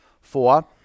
Four